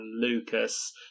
lucas